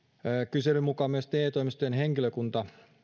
kyselyn mukaan myös te toimistojen henkilökunta